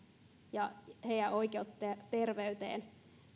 ja heidän oikeuttaan terveyteen